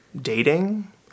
dating